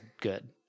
good